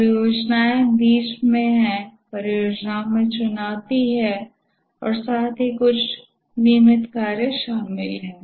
परियोजनाये बीच में हैं परियोजनाओं में चुनौती है और साथ ही कुछ नियमित कार्य शामिल हैं